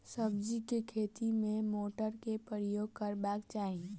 सब्जी केँ खेती मे केँ मोटर केँ प्रयोग करबाक चाहि?